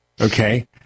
Okay